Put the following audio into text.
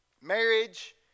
marriage